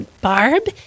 Barb